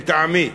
מטעמי.